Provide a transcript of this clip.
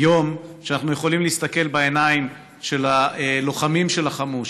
יום שבו אנחנו יכולים להסתכל בעיניים של הלוחמים שלחמו,